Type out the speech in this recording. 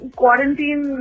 quarantine